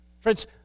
Friends